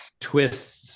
twists